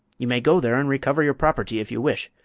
you may go there and recover your property, if you wish,